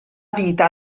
vita